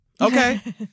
Okay